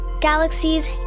galaxies